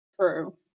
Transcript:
True